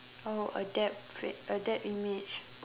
oh a depth a depth image